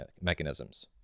mechanisms